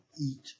eat